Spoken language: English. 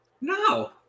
no